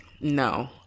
no